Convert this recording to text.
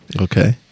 Okay